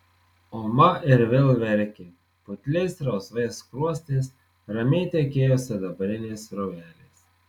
oma ir vėl verkė putliais rausvais skruostais ramiai tekėjo sidabrinės srovelės